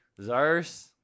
Zars